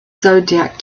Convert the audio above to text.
zodiac